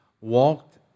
walked